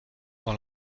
dans